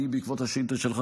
בעקבות השאילתה שלך,